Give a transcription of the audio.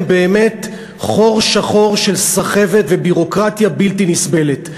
הם באמת חור שחור של סחבת וביורוקרטיה בלתי נסבלת.